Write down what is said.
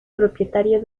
propietario